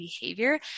behavior